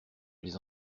les